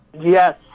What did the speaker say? Yes